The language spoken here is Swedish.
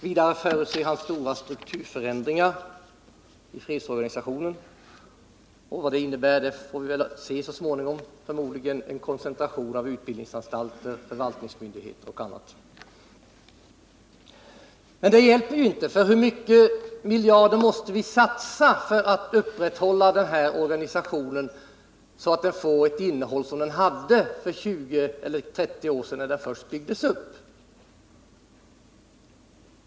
Vidare förutser han stora strukturförändringar i fredsorganisationen. Vad det innebär får vi väl se så småningom — förmodligen en koncentration av utbildningsanstalter, förvaltningsmyndigheter och annat. Men det hjälper inte. Och man kan undra hur många miljarder vi måste satsa för att upprätthålla denna organisation så att den får ett innehåll motsvarande vad den hade för 20 eller 30 år sedan, när den först byggdes upp.